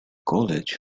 college